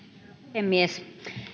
puhemies